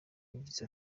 yagize